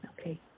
Okay